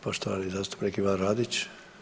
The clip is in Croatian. Poštovani zastupnik Ivan Radić.